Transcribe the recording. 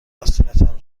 آستینتان